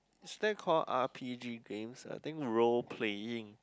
should I call R_P_G games I think role playing